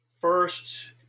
first